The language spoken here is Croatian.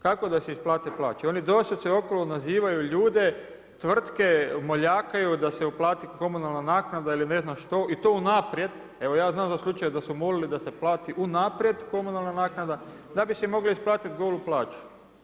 Kako da si isplate plaću, oni doslovce okolo nazivaju ljude, tvrtke, moljakaju da se uplati komunalna naknada ili ne znam što i to unaprijed, evo ja znam za slučaj su molili da se plati unaprijed komunalna naknada da bi si mogli isplatiti golu plaću.